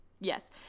Yes